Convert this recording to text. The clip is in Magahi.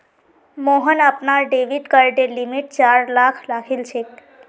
मोहन अपनार डेबिट कार्डेर लिमिट चार लाख राखिलछेक